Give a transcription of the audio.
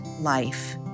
life